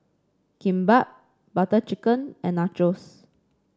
Kimbap Butter Chicken and Nachos